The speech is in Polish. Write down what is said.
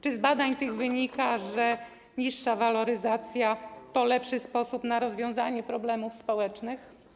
Czy z badań tych wynika, że niższa waloryzacja to lepszy sposób na rozwiązanie problemów społecznych?